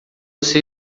você